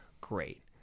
great